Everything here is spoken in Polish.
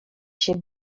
się